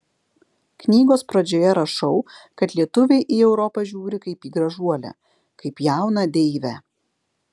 knygos pradžioje rašau kad lietuviai į europą žiūri kaip į gražuolę kaip jauną deivę